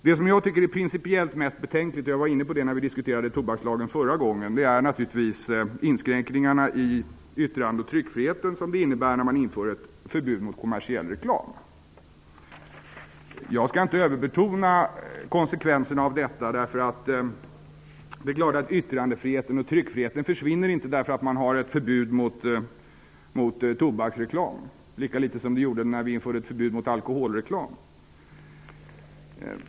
Det som jag tycker är principiellt mest betänkligt -- jag var inne på det när vi diskuterade tobakslagen förra gången -- är naturligtvis de inskränkningar i yttrande och tryckfriheten som det innebär när man får ett förbud mot kommersiell reklam. Jag skall inte överbetona konsekvenserna av detta, eftersom det är klart att yttrandefriheten och tryckfriheten inte försvinner därför att man har ett förbud mot tobaksreklam, lika litet som de gjorde det när vi införde ett förbud mot alkoholreklam.